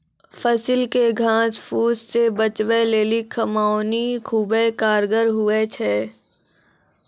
फसिल के घास फुस से बचबै लेली कमौनी खुबै कारगर हुवै छै